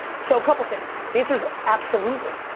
so a couple things, the answer's absolutely,